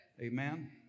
Amen